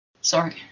Sorry